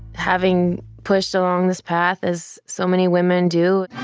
having pushed along this path, as so many women do.